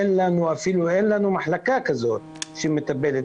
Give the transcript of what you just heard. אין לנו אפילו מחלקה כזאת שמטפלת,